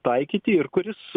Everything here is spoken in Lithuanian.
taikyti ir kuris